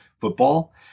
football